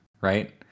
right